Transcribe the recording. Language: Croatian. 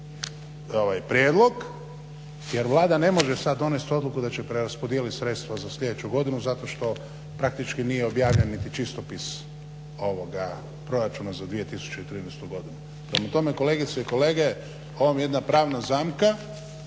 prijedlog jer Vlada ne može sad donest odluku da će preraspodijelit sredstva za sljedeću godinu zato što praktički nije objavljen niti čistopis ovoga proračuna za 2013. godinu. Prema tome kolegice i kolege ovo vam je jedna pravna zamka.